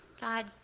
god